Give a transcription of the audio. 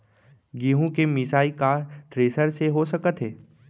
गेहूँ के मिसाई का थ्रेसर से हो सकत हे?